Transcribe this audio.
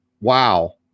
wow